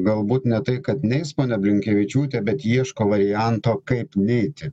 galbūt ne tai kad neis ponia blinkevičiūtė bet ieško varianto kaip neiti